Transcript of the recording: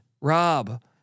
Rob